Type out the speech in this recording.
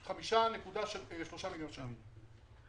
קיבלתי את זה מן המנכ"ל שהיה לפניי זה היה במשרד התיירות,